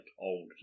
old